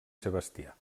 sebastià